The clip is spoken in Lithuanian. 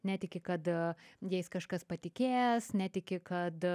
netiki kad jais kažkas patikės netiki kad